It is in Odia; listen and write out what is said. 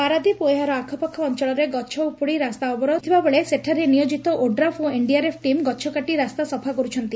ପାରାଦ୍ୱୀପ ଓ ଏହାର ଆଖପାଖ ଅଞ୍ଚଳରେ ଗଛ ଉପୁଡି ରାସ୍ତା ଅବରୋଧ ହୋଇଥିବାବେଳେ ସେଠାରେ ନିୟୋକିତ ଓଡ୍ରାଫ ଓ ଏନ୍ଡିଆର୍ଏଫ୍ ଟିମ୍ ଗଛ କାଟି ରାସ୍ତା ସଫା କରୁଛନ୍ତି